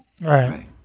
Right